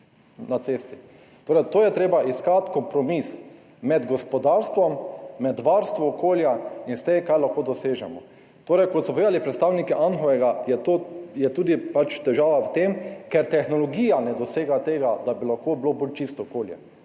na cesti. Torej, to je treba, iskati kompromis med gospodarstvom, med varstvom okolja in tem, kar lahko dosežemo. Kot so povedali predstavniki Anhovega, je težava tudi v tem, da tehnologija ne dosega tega, da bi lahko bilo bolj čisto okolje.